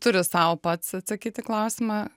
turi sau pats atsakyt į klausimą